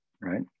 Right